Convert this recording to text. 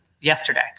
yesterday